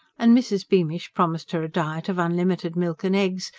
and mrs. beamish promised her a diet of unlimited milk and eggs,